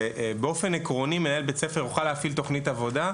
ובאופן עקרוני מנהל בית ספר יוכל להפעיל תוכנית עבודה,